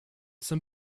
some